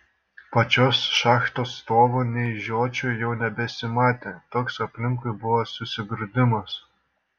pačios šachtos stovų nei žiočių jau nebesimatė toks aplinkui buvo susigrūdimas